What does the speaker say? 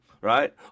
right